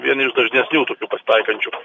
vieni iš dažnesnių tokių pasitaikančių